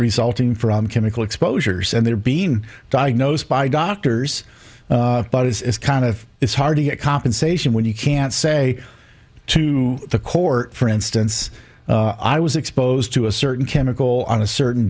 resulting from chemical exposures and they're being diagnosed by doctors but it's kind of it's hard to get compensation when you can't say to the court for instance i was exposed to a certain chemical on a certain